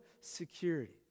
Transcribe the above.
security